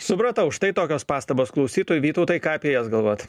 supratau štai tokios pastabos klausytojų vytautai ką apie jas galvot